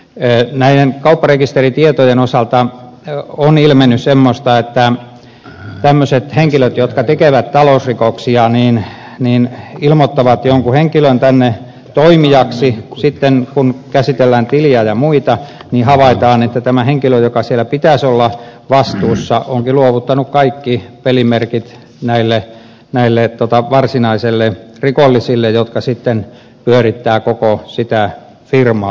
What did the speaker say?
näiden kaupparekisteritietojen osalta on ilmennyt semmoista että tämmöiset henkilöt jotka tekevät talousrikoksia ilmoittavat jonkun henkilön tänne toimijaksi ja sitten kun käsitellään tiliä ja muita niin havaitaan että tämä henkilö jonka siellä pitäisi olla vastuussa onkin luovuttanut kaikki pelimerkit näille varsinaisille rikollisille jotka sitten pyörittävät sitä koko firmaa